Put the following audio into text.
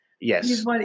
Yes